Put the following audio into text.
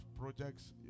projects